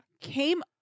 came